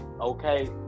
okay